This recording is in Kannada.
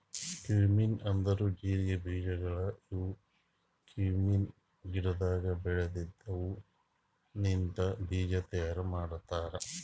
ಕ್ಯುಮಿನ್ ಅಂದುರ್ ಜೀರಿಗೆ ಬೀಜಗೊಳ್ ಇವು ಕ್ಯುಮೀನ್ ಗಿಡದಾಗ್ ಬೆಳೆದಿದ್ದ ಹೂ ಲಿಂತ್ ಬೀಜ ತೈಯಾರ್ ಮಾಡ್ತಾರ್